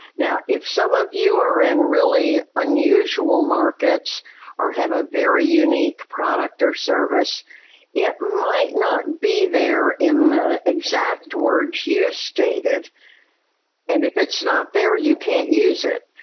now if some of you are in real unusual markets or have a very unique product or service it might not be there in the exact words you stated and if it's not there, you can't use it.